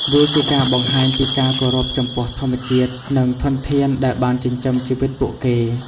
វាជាការបង្ហាញពីការគោរពចំពោះធម្មជាតិ និងធនធានដែលបានចិញ្ចឹមជីវិតពួកគេ។